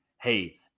hey –